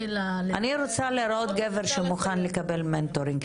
אני רוצה לראות גבר שמוכן לקבל מנטורינג.